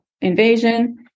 invasion